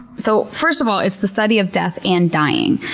so, first of all, it's the study of death and dying.